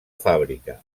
fàbrica